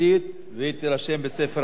והיא תירשם בספר החוקים.